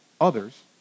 others